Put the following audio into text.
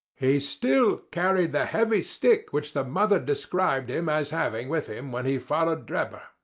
he still carried the heavy stick which the mother described him as having with him when he followed drebber.